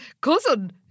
cousin